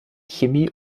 chemie